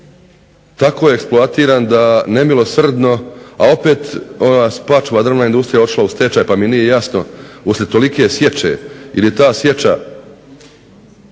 tako eksploatiran da nemilosrdno, a opet je Spačva drvna industrija otišla u stečaj pa mi nije jasno uslijed tolike sječe jer je ta sječa